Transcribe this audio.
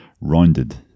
rounded